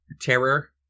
terror